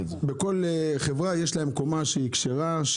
בכל חברה יש קומה כשרה,